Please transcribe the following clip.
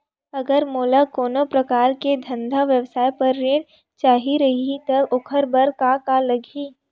अगर मोला कोनो प्रकार के धंधा व्यवसाय पर ऋण चाही रहि त ओखर बर का का लगही?